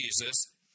Jesus